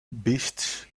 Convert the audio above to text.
beasts